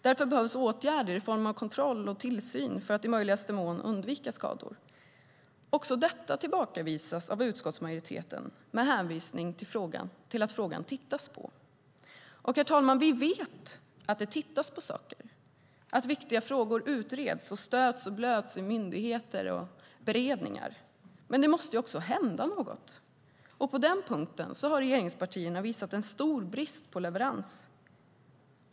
Därför behövs åtgärder i form av kontroll och tillsyn för att i möjligaste mån undvika skador. Också detta tillbakavisas av utskottsmajoriteten med hänvisning till att frågan ses över. Herr talman! Vi vet att det tittas på saker, att viktiga frågor utreds och stöts och blöts i myndigheter och i beredningar. Men det måste också hända något. På den punkten har regeringspartierna visat en stor brist på leverans.